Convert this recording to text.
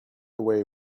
away